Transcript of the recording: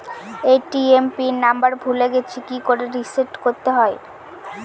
ATM PIN number ভুলে গেছি কি করে রিসেট করতে হয়?